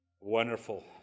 Wonderful